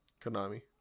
konami